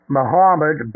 Muhammad